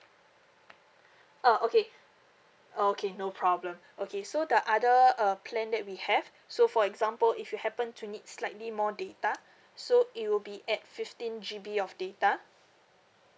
ah okay okay no problem okay so the other uh plan that we have so for example if you happen to need slightly more data so it will be at fifteen G_B of data